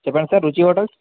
చెప్పండి సార్ుచి హోటల్